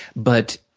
but,